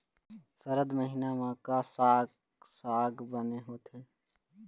सरद महीना म का साक साग बने होथे?